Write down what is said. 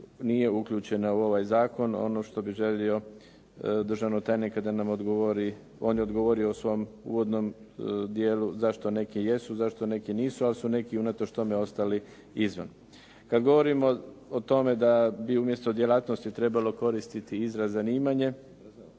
nije uključena u ovaj zakon. Ono što bih želio državnog tajnika da nam odgovori, on je odgovorio u svom uvodnom dijelu zašto neki jesu, zašto neki nisu ali su neki unatoč tome ostali izvan. Kad govorimo o tome da bi umjesto djelatnosti trebalo koristiti izraz zanimanje,